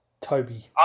Toby